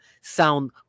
sound